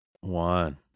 One